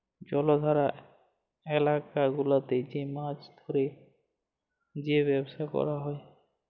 জলাধার ইলাকা গুলাতে যে মাছ ধ্যরে যে ব্যবসা ক্যরা হ্যয়